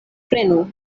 prenu